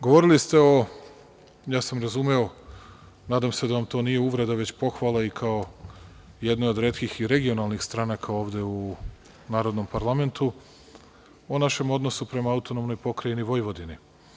Govorili ste o, razumeo sam, nadam se da vam to nije uvreda već pohvala, i kao jednoj o retkih regionalnih stranaka ovde u narodnom Parlamentu o našem odnosu prema AP Vojvodini.